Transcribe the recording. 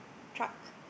truck